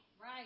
Right